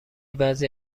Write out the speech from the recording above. بعضی